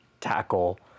tackle